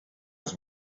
was